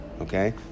okay